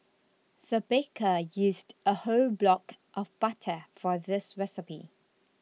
the baker used a whole block of butter for this recipe